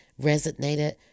resonated